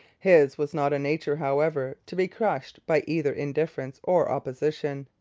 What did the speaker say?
his was not a nature, however, to be crushed by either indifference or opposition.